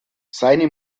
seine